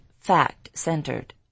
fact-centered